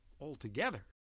altogether